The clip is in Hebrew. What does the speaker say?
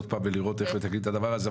עוד פעם ולראות איך מתקנים את הדבר הזה.